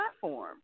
platform